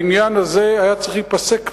העניין הזה היה צריך להיפסק מזמן.